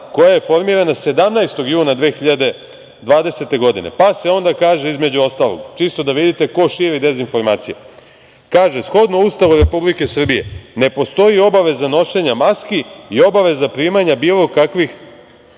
koja je formirana 17. juna 2020. godine, pa se onda kaže, između ostalog, čisto da vidite ko širi dezinformacije: „Shodno Ustavu Republike Srbije ne postoji obaveza nošenja maski i obaveza primanja bilo kakvih